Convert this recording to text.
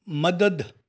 મદદ